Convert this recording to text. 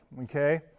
okay